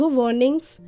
warnings